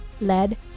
lead